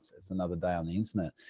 it's another day on the internet.